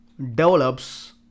develops